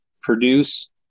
produce